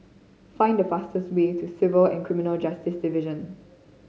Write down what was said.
find the fastest way to Civil and Criminal Justice Division